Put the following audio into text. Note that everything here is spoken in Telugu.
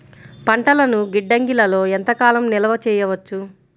పంటలను గిడ్డంగిలలో ఎంత కాలం నిలవ చెయ్యవచ్చు?